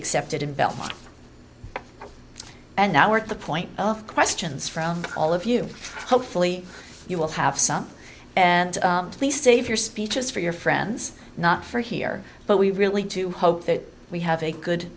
accepted in belmont and now we're at the point of questions from all of you hopefully you will have some and please save your speeches for your friends not for here but we really do hope that we have a good